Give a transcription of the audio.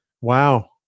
Wow